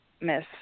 miss